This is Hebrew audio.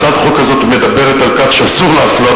הצעת החוק הזו מדברת על כך שאסור להפלות,